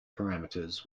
parameters